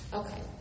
okay